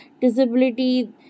disability